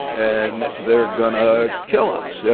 and they're going to kill us. yeah